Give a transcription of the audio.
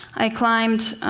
i climbed